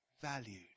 valued